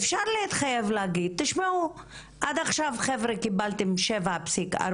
אפשר להתחייב להגיד: עד עכשיו קיבלתם 7.4,